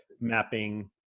mapping